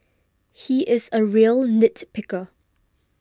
he is a real nit picker